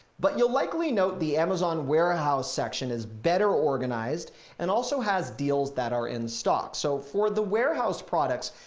but you'll likely note the amazon warehouse section is better organized and also has deals that are in stock. so for the warehouse products,